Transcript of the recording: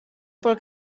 pel